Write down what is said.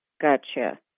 Gotcha